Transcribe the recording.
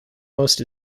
most